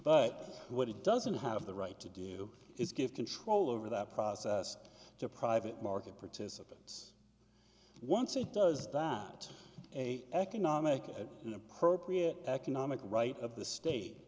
but what it doesn't have the right to do is give control over that process to private market participants once it does down to a economic and appropriate economic right of the state